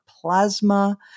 plasma